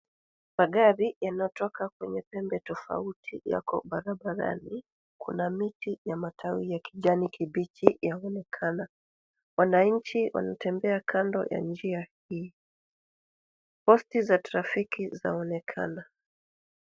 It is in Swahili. Magari yanatoka kwenye pembe tofauti yako barabarani. Kuna miti ya matawi ya kijani kibichi yaonekana. Wananchi wanatembea kando ya njia hii. Posti za trafiki zaonekana.